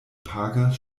pagas